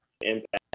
impact